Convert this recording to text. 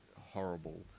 horrible